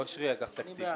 אגף תקציבים.